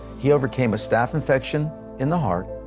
he over came a staph infection in the heart,